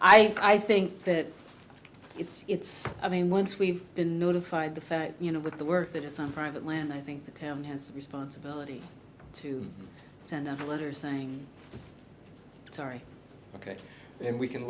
land i think that it's i mean once we've been notified the fact you know with the work that it's on private land i think the town has a responsibility to send out a letter saying sorry ok and we can